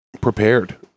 prepared